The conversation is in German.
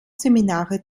seminare